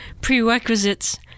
prerequisites